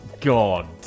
god